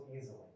easily